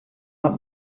hat